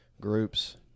groups